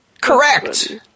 correct